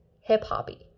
hip-hoppy